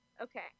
Okay